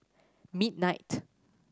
midnight